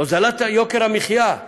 הורדת יוקר המחיה,